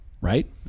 right